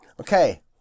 Okay